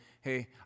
hey